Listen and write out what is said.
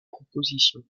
compositions